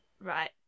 right